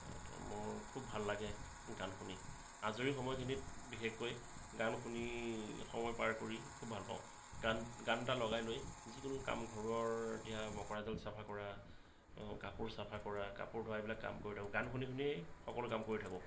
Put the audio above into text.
মোৰ খুব ভাল লাগে গান শুনি আজৰি সময়খিনিত বিশেষকৈ গান শুনি সময় পাৰ কৰি খুব ভাল পাওঁ গান গান এটা লগাই লৈ যিকোনো কাম ঘৰৰ এতিয়া মকৰা জাল চাফা কৰা কাপোৰ চাফা কৰা কাপোৰ ধোৱা এইবিলাক কাম কৰি থাকোঁ গান শুনি শুনিয়ে সকলো কাম কৰি থাকোঁ